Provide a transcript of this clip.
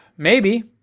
maybe,